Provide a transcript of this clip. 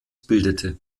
bildete